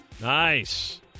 Nice